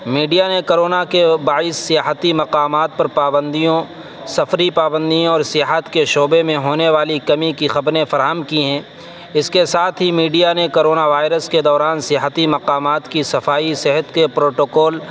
media نے corona کے باعث سیاحتی مقامات پر پابندیوں سفری پابندیوں اور سیاحت کے شعبے میں ہونے والی کمی کی خبریں فراہم کی ہیں اس کے ساتھ ہی میڈیا نے کرونا وائرس کے دوران سیاحتی مقامات کی صفائی صحت کے پروٹوکول